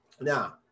Now